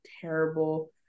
terrible